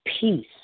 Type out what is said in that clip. peace